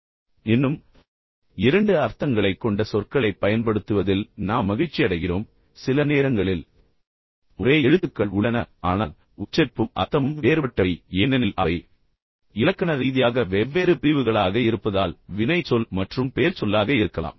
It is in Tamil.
ஆனால் இன்னும் இரண்டு அர்த்தங்களைக் கொண்ட சொற்களைப் பயன்படுத்துவதில் நாம் மகிழ்ச்சியடைகிறோம் சில நேரங்களில் ஒரே எழுத்துக்கள் உள்ளன ஆனால் உச்சரிப்பும் அர்த்தமும் வேறுபட்டவை ஏனெனில் அவை இலக்கண ரீதியாக வெவ்வேறு பிரிவுகளாக இருப்பதால் வினைச்சொல் மற்றும் பெயர்ச்சொல்லாக இருக்கலாம்